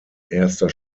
erster